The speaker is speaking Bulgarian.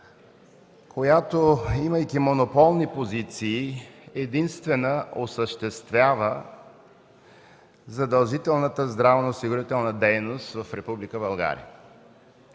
която имайки монополни позиции, единствена осъществява задължителната здравноосигурителна дейност в